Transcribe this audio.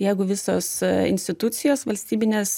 jeigu visos institucijos valstybinės